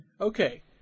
Okay